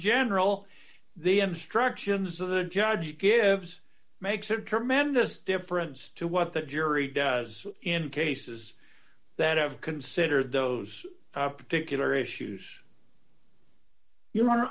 general the abstraction so the judge gives makes a tremendous difference to what the jury does in cases that have considered those particular issues you